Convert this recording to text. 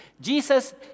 Jesus